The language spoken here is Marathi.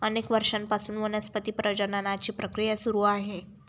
अनेक वर्षांपासून वनस्पती प्रजननाची प्रक्रिया सुरू आहे